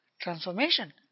transformation